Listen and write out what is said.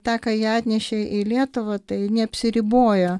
tą ką jie atnešė į lietuvą tai neapsiribojo